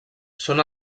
són